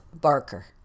Barker